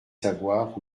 savoir